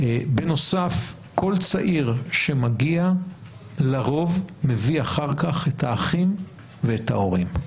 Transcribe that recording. בנוסף כל צעיר שמגיע לרוב מביא אחר כך את האחים ואת ההורים.